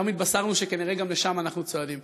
שהתבשרנו שכנראה גם לשם אנחנו צועדים.